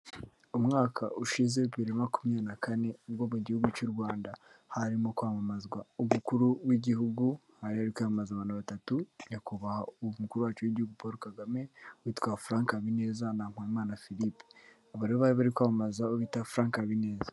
Umwaka ushize bibiri na makumyabiri na kane ubwo mu gihugu cy'u Rwanda harimo kwamamazwa umukuru w'igihugu, hari hari kwiyamamaza abantu batatu, nyakubahwa umukuru wacu w'igihugu Paul Kagame, uwitwa Frank Habineza na Mpayimana philipe, aba ngaba bari kwamamaza uwo bita Frank Habineza.